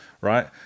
right